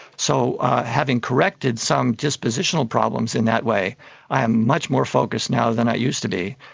so having corrected some dispositional problems in that way i am much more focused now that i used to be.